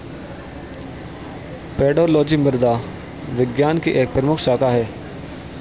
pedology मृदा विज्ञान की एक प्रमुख शाखा है